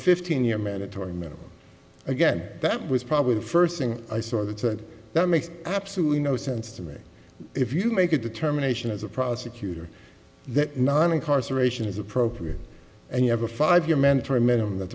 fifteen year mandatory minimum again that was probably the first thing i saw that makes absolutely no sense to me if you make a determination as a prosecutor that non incarceration is appropriate and you have a five year mandatory minimum that